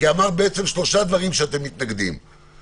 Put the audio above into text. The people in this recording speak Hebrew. אמרת שאתם מתנגדים לשלושה דברים,